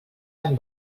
amb